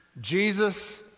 Jesus